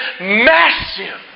massive